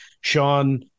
Sean